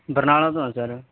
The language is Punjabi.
ਬਰਨਾਲਾ ਤੋਂ ਆ ਸਰ